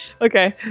Okay